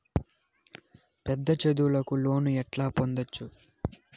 పెద్ద చదువులకు లోను ఎట్లా పొందొచ్చు